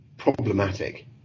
problematic